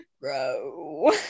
bro